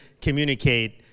communicate